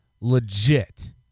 legit